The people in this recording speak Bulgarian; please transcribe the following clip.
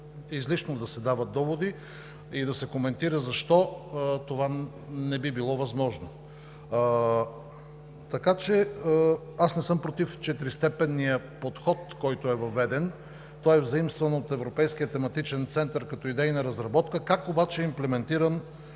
Излишно е да се дават доводи и да се коментира защо това не би било възможно. Така че аз не съм против четиристепенния подход, който е въведен, той е взаимстван от Европейския тематичен център като идейна разработка. Как обаче е имплементиран